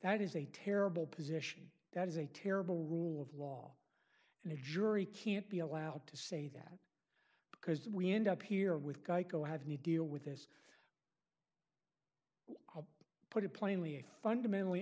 that is a terrible position that is a terrible rule of law and the jury can't be allowed to say that because we end up here with geico have need deal with this put it plainly a fundamentally